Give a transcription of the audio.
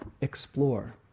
explore